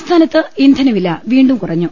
സംസ്ഥാനത്ത് ഇന്ധനവില വീണ്ടും കുറഞ്ഞു